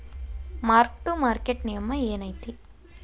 mark to market ನಿಯಮ ಏನೈತಿ